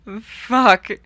fuck